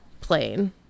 plane